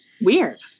Weird